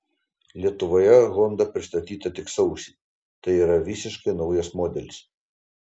lietuvoje honda pristatyta tik sausį tai yra visiškai naujas modelis